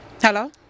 Hello